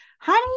honey